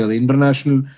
international